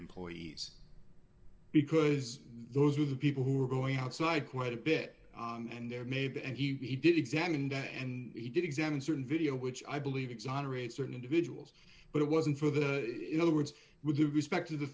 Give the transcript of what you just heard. employees because those are the people who are going outside quite a bit and there may be and he did examine the and he did examine certain video which i believe exonerate certain individuals but it wasn't for them in other words with respect to the